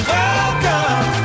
Welcome